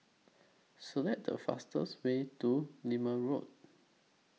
Select The fastest Way to Lermit Road